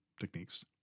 techniques